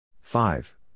five